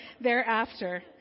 thereafter